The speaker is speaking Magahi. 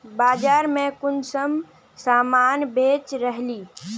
बाजार में कुंसम सामान बेच रहली?